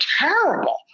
terrible